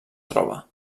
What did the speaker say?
troba